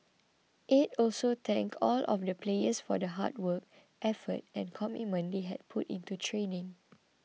aide also thanked all of the players for the hard work effort and commitment they had put into training